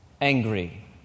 angry